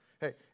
Hey